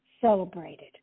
celebrated